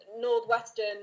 Northwestern